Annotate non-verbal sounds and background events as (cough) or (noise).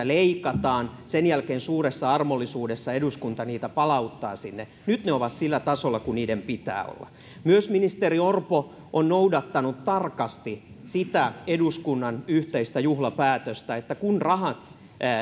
(unintelligible) leikataan ja sen jälkeen suuressa armollisuudessa eduskunta niitä palauttaa sinne nyt ne ovat sillä tasolla kuin niiden pitää olla ministeri orpo on myös noudattanut tarkasti sitä eduskunnan yhteistä juhlapäätöstä että kun rahat